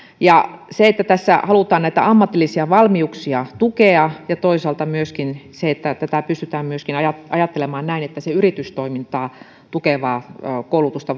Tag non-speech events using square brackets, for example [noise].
avaa uusia mahdollisuuksia että tässä halutaan näitä ammatillisia valmiuksia tukea ja toisaalta myöskin se että että tätä pystytään myöskin ajattelemaan näin että se voisi olla yritystoimintaa tukevaa koulutusta [unintelligible]